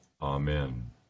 amen